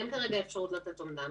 אין כרגע אפשרות לתת אומדן.